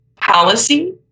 policy